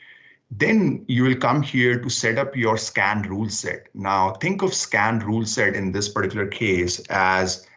then you will come here to set up your scan rule set. now, think of scan rule set in this particular case as